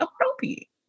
appropriate